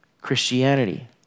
Christianity